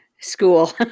school